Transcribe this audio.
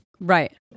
Right